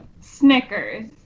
Snickers